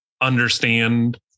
understand